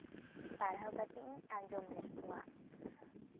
ᱯᱟᱲᱦᱟᱣ ᱠᱟᱛᱮᱜ ᱤᱧ ᱟᱸᱡᱚᱢ ᱞᱮᱜ ᱠᱚᱣᱟ